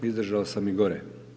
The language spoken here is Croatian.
Izdržao sam i gore.